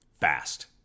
fast